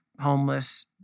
Homeless